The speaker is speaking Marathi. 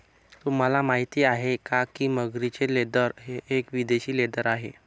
तुम्हाला माहिती आहे का की मगरीचे लेदर हे एक विदेशी लेदर आहे